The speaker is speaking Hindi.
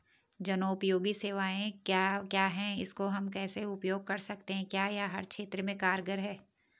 जनोपयोगी सेवाएं क्या क्या हैं इसको हम कैसे उपयोग कर सकते हैं क्या यह हर क्षेत्र में कारगर है?